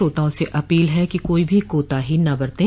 श्रोताओं से अपील है कि कोई भी कोताही न बरतें